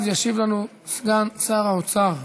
אז ישיב לנו סגן שר האוצר.